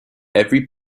every